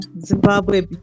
Zimbabwe